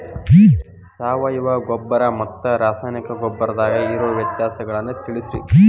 ಸಾವಯವ ಗೊಬ್ಬರ ಮತ್ತ ರಾಸಾಯನಿಕ ಗೊಬ್ಬರದಾಗ ಇರೋ ವ್ಯತ್ಯಾಸಗಳನ್ನ ತಿಳಸ್ರಿ